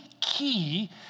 key